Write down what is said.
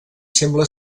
sembla